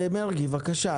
מרגי, בבקשה.